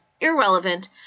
irrelevant